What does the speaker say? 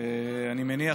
אני מניח